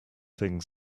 things